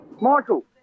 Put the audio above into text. Michael